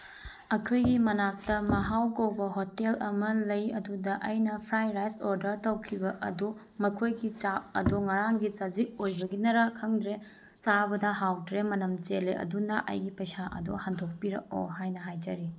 ꯑꯩꯈꯣꯏꯒꯤ ꯃꯅꯥꯛꯇ ꯃꯍꯥꯎ ꯀꯧꯕ ꯍꯣꯇꯦꯜ ꯑꯃ ꯂꯩ ꯑꯗꯨꯗ ꯑꯩꯅ ꯐ꯭ꯔꯥꯏ ꯔꯥꯏꯁ ꯑꯣꯗꯔ ꯇꯧꯈꯤꯕ ꯑꯗꯨ ꯃꯈꯣꯏꯒꯤ ꯆꯥꯛ ꯑꯗꯨ ꯉꯔꯥꯡꯒꯤ ꯆꯖꯤꯛ ꯑꯣꯏꯒꯤꯕꯅꯔ ꯈꯪꯗ꯭ꯔꯦ ꯆꯥꯕꯗ ꯍꯥꯎꯇ꯭ꯔꯦ ꯃꯅꯝ ꯆꯦꯜꯂꯦ ꯑꯗꯨꯅ ꯑꯩꯒꯤ ꯄꯩꯁꯥ ꯑꯗꯣ ꯍꯟꯗꯣꯛꯄꯤꯔꯛꯑꯣ ꯍꯥꯏꯅ ꯍꯥꯏꯖꯔꯤ